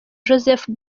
joseph